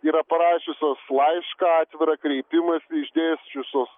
yra parašiusios laišką atvirą kreipimąsi išdėsčiusios